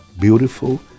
beautiful